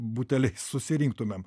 buteliais susirinktumėm